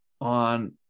on